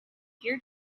gear